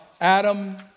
Adam